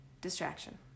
distraction